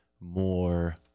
more